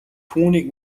түүнийг